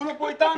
כולם פה איתנו.